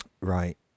right